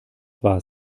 war